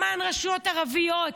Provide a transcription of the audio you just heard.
למען רשויות ערביות.